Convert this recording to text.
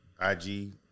IG